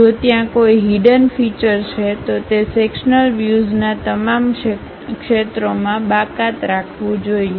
જો ત્યાં કોઈ હીડન ફીચર છે તો તે સેક્શન્લ વ્યુઝના તમામ ક્ષેત્રોમાં બાકાત રાખવું જોઈએ